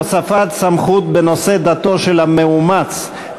הוספת סמכות בנושא דתו של המאומץ),